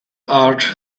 art